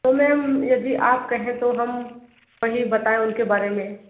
तो मेम यदि आप कहे तो हम वहीं बताए उनके बारे में